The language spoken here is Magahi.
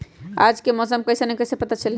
आज के मौसम कईसन हैं कईसे पता चली?